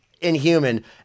inhuman